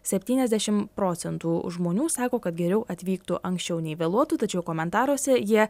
septyniasdešim procentų žmonių sako kad geriau atvyktų anksčiau nei vėluotų tačiau komentaruose jie